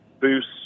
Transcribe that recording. boost